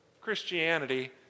Christianity